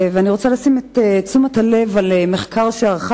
אני רוצה להפנות את תשומת הלב למחקר שערכה